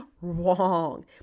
wrong